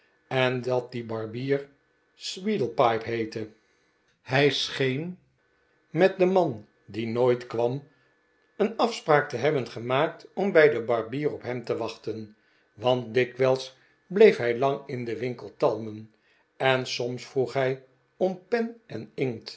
en dat die barbier sweedlepipe heette hij scheen met den man die nooit kwam een afspraak te hebben gemaakt om bij den barbier op hem te wachten want dikwijls bleef hij lang in den winkel talmen en soms vroeg hij om pen en inkt